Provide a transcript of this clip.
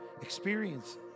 experience